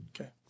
Okay